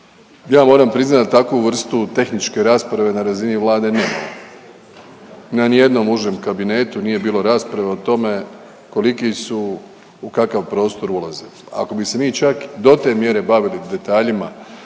Ja moram priznat da takvu vrstu tehničke rasprave na razini Vlade nemamo na nijednom užem kabinetu nije bilo rasprave o tome koliki su u kakav prostor ulaze. Ako bi se mi čak do te mjere bavili detaljima